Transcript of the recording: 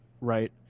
right